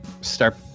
start